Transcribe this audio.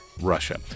Russia